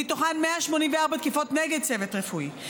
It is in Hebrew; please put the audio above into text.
ומתוכן 184 תקיפות נגד צוות רפואי.